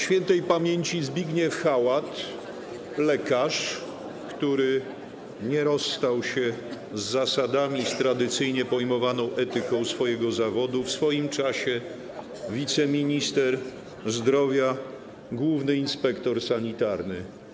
Świętej pamięci Zbigniew Hałat, lekarz, który nie rozstał się z zasadami i z tradycyjnie pojmowaną etyką swojego zawodu, w swoim czasie wiceminister zdrowia, główny inspektor sanitarny.